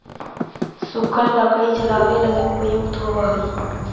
सूखल लकड़ी जलावे लगी उपयुक्त होवऽ हई